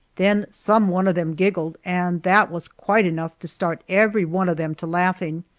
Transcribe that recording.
then some one of them giggled, and that was quite enough to start everyone of them to laughing.